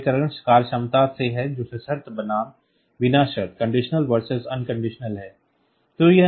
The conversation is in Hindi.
एक वर्गीकरण कार्यक्षमता से है जो सशर्त बनाम बिना शर्त है